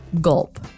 Gulp